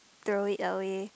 throw it away